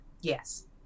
yes